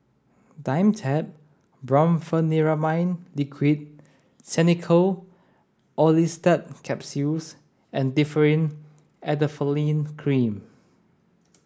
Dimetapp Brompheniramine Liquid Xenical Orlistat Capsules and Differin Adapalene Cream